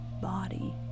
body